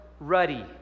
ruddy